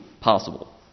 possible